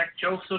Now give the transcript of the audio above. Joseph